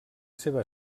seva